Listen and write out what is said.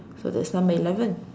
so that's number eleven